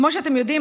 כמו שאתם יודעים,